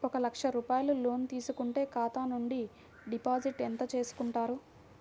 ఒక లక్ష రూపాయలు లోన్ తీసుకుంటే ఖాతా నుండి డిపాజిట్ ఎంత చేసుకుంటారు?